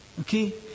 okay